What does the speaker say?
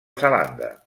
zelanda